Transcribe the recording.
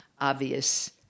obvious